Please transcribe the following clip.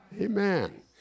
Amen